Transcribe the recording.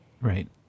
Right